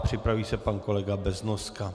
Připraví se pan kolega Beznoska.